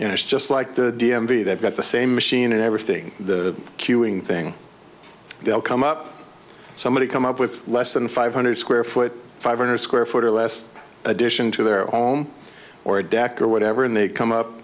know it's just like the d m v they've got the same machine and everything queueing thing they'll come up somebody's come up with less than five hundred square foot five hundred square foot or less addition to their own or a deck or whatever and they come up